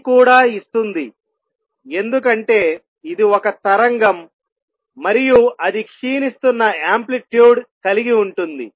ఇది కూడా ఇస్తుంది ఎందుకంటే ఇది ఒక తరంగం మరియు అది క్షీణిస్తున్న ఆంప్లిట్యూడ్ కలిగి ఉంటుంది